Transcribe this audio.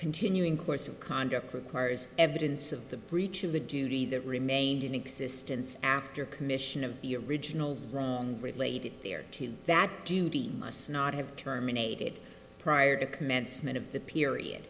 continuing course of conduct requires evidence of the breach in the duty that remained in existence after commission of the original related there that duty must not have terminated prior to commencement of the period